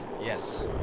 Yes